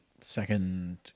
second